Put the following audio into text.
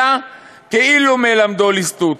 אלא כאילו מלמדו ליסטות.